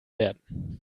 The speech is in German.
werden